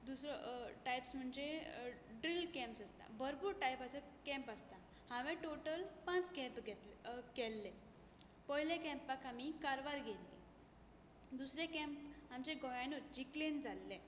दुसरो टायप्स म्हणजे drill camps आसता भरपूर टायपाचे कँप आसता हांवें टोटल पांच कँप घेतले केल्ले पयले कँपाक आमी कारवार गेल्लीं दुसरे कँप आमचे गोंयानूत जिकलेन जाल्ले